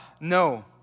no